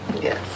Yes